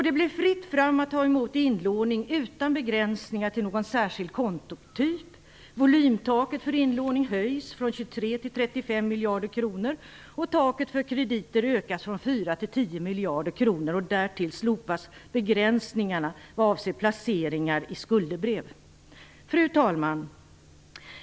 Det blir fritt fram att ta emot inlåning utan begränsningar till någon särskild kontotyp. Volymtaket för inlåning höjs från 23 till 35 miljarder kronor. Taket för krediter ökas från 4 till 10 miljarder kronor, och därtill slopas begränsningarna vad avser placeringar i skuldebrev. Fru talman!